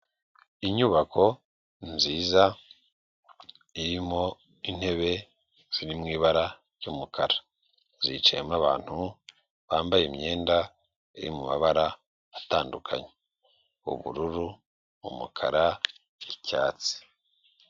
Inyubako nziza irimo intebe ziri mu ibara ry'umukara zicayemo abantu bambaye imyenda iri mu mabara atandukanye ubururu, umukara n'icyatsi.